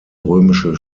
römische